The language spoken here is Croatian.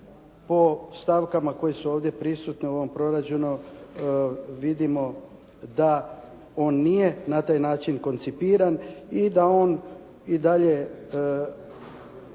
po stavkama koje su ovdje prisutna u ovom proračunu vidimo da on nije na taj način koncipiran i da on i dalje